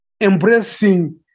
embracing